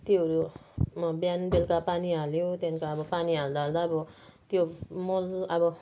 त्योहरूमा बिहान बेलुका पानी हाल्यो त्यहाँदेखिनको पानी हाल्दा हाल्दा अब त्यो मल अब